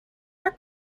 are